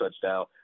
touchdown